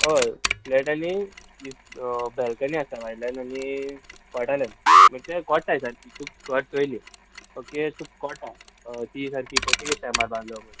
हय फ्लॅट आनी बॅल्कनी आसा व्हायल्यान आनी कॉटाल्यान म्हणजे कोटाय आय सारकी तुका कॉट चयली ओके तुका कोटा ती सारकी पयली कशे मार बांदलो म्हण